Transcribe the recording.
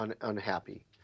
unhappy